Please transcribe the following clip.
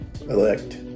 elect